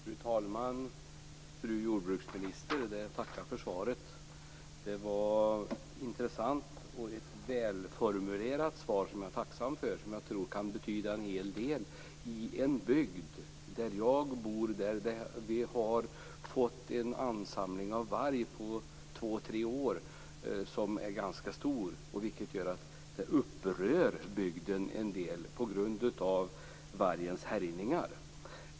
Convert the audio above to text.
Fru talman! Fru jordbruksminister! Det var ett intressant och välformulerat svar, som jag är tacksam för. Jag tror att det kan betyda en hel del i den bygd där jag bor. Där har vi under två, tre år fått en ansamling av varg som är ganska stor, och det upprör bygden en del på grund av vargens härjningar.